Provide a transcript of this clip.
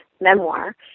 memoir